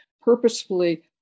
purposefully